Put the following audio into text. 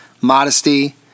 Modesty